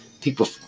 people